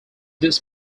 this